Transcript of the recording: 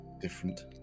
different